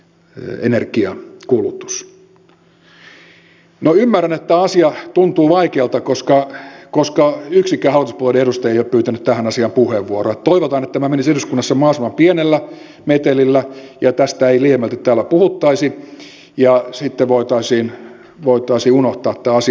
minä ymmärrän että tämä asia tuntuu vaikealta koska yksikään hallituspuolueen edustaja ei ole pyytänyt tähän asiaan puheenvuoroa että toivotaan että tämä menisi eduskunnassa mahdollisimman pienellä metelillä ja tästä ei liiemmälti täällä puhuttaisi ja sitten voitaisiin unohtaa tämä asia